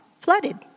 flooded